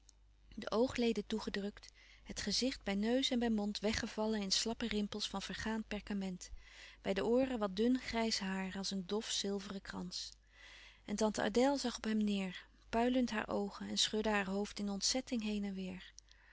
de oogleden toegedrukt het gezicht bij neus en bij mond weggevallen in slappe rimpels van vergaan perkament bij de ooren wat dun grijs haar als een dof zilveren krans en tante adèle zag op hem neêr puilend haar oogen en schudde haar hoofd in ontzetting heen en weêr